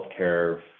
healthcare